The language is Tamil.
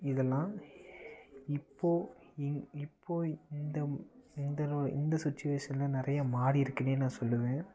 இதெல்லாம் இப்போ இந்த இப்போ இந்த இந்த லோ இந்த சுச்சுவேஷனில் நிறையா மாறிருக்குன்னே நான் சொல்லுவேன்